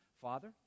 Father